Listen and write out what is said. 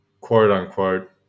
quote-unquote